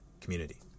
community